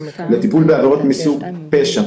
בטיפול בעבירות מסוג פשע.